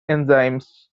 enzymes